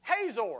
Hazor